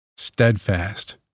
Steadfast